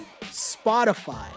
Spotify